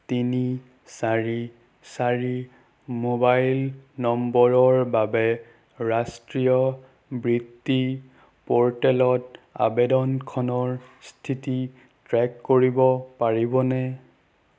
তিনি চাৰি চাৰি মোবাইল নম্বৰৰ বাবে ৰাষ্ট্ৰীয় বৃত্তি প'ৰ্টেলত আবেদনখনৰ স্থিতি ট্ৰে'ক কৰিব পাৰিবনে